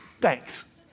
Thanks